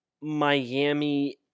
Miami